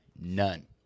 none